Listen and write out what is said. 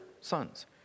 sons